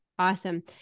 Awesome